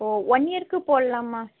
ஓ one இயர்க்கு போடலாமா